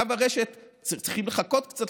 שעכשיו צריך לחכות קצת,